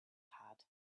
had